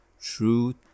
True